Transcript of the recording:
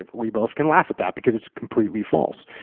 ah we both can laugh at that because it's completely false.